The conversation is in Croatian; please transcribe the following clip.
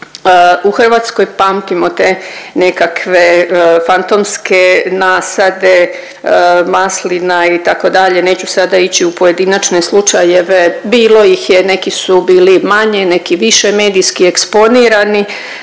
u Hrvatskoj pamtimo te nekakve fantomske nasade maslina, itd., neću sada ići u pojedinačne slučajeve, bilo ih je, neki su bili manje, neki više medijski eksponirani.